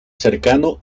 cercanos